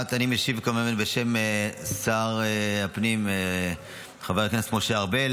אני משיב בשם שר הפנים וחבר הכנסת משה ארבל